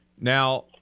Now